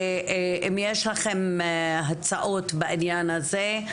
אם יש לכם הצעות בעניין הזה,